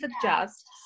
suggest